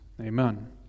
Amen